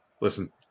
Listen